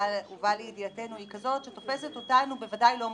שהובאה לידיעתנו היא כזאת שתופסת אותנו בוודאי לא מוכנים.